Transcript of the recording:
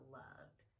loved